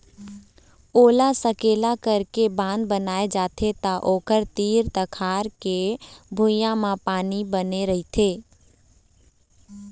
ओला सकेला करके बांध बनाए जाथे त ओखर तीर तखार के भुइंया म बने पानी रहिथे